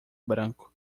branco